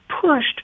pushed